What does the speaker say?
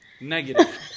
Negative